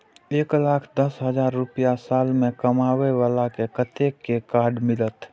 एक लाख दस हजार रुपया साल में कमाबै बाला के कतेक के कार्ड मिलत?